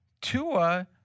Tua